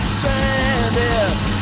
Stranded